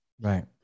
right